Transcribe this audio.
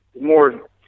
More